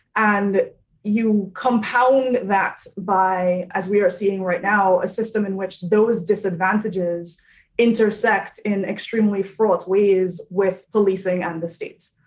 and you compound that by, as we are seeing right now, a system in which those disadvantages intersect in extremely fraught ways with policing and the states.